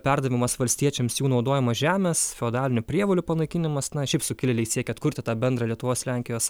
perdavimas valstiečiams jų naudojamos žemės feodalinių prievolių panaikinimas na šiaip sukilėliai siekė atkurti tą bendrą lietuvos lenkijos